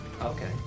Okay